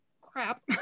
crap